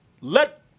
let